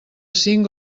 cinc